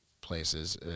places